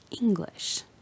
English